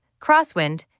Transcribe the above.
crosswind